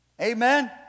Amen